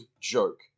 joke